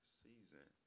season